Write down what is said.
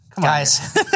Guys